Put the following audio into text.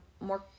more